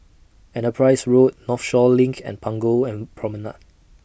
Enterprise Road Northshore LINK and Punggol and Promenade